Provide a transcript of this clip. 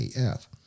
AF